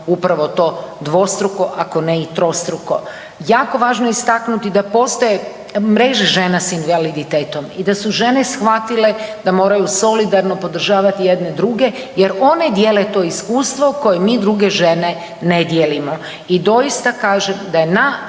upravo to dvostruko, ako ne i trostruko. Jako važno je istaknuti da postoje mreže žena s invaliditetom i da su žene shvatile da moraju solidarno podržavati jedne druge jer one dijele to iskustvo koje mi druge žene ne dijelimo. I doista kažem red je na